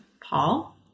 Paul